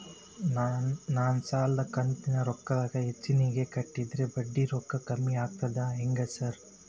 ನಾನ್ ಸಾಲದ ಕಂತಿನ ರೊಕ್ಕಾನ ಹೆಚ್ಚಿಗೆನೇ ಕಟ್ಟಿದ್ರ ಬಡ್ಡಿ ರೊಕ್ಕಾ ಕಮ್ಮಿ ಆಗ್ತದಾ ಹೆಂಗ್ ಸಾರ್?